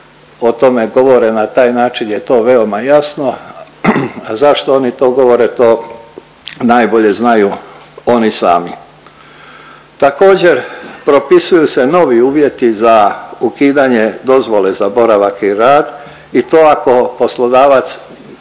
o tome govore na taj način je veoma jasno, a zašto oni to govore, to najbolje znaju oni sami. Također, propisuju se novi uvjeti za ukidanje dozvole za boravak i rad i to ako poslodavac,